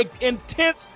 intense